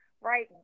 right